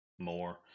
more